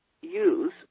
use